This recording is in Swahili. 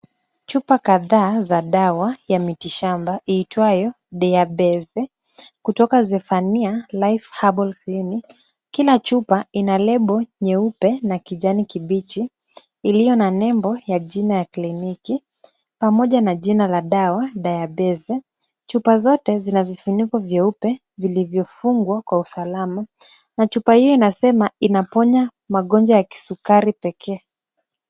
Chupa kadhaa za dawa ya miti shamba iitwayo Diabeze kutoka Zefania Life Herbal Clinic, kila chupa ina lebo nyeupe na kijani kibichi, iliyo na nembo ya jina ya kliniki pamoja na jina la dawa Diabeze. Chupa zote zina vifuniko vyeupe vilivyofungwa kwa usalama na chupa hiyo inasema inaponya magonjwa ya kisukari pekee.